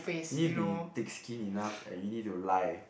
you need to be thick skin enough and you need to lie